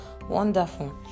wonderful